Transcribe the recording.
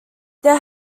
there